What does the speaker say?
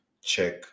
check